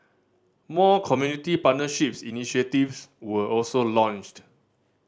more community partnerships initiatives were also launched